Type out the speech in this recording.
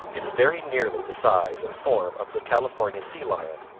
it is very nearly the size and form of the california sea lion,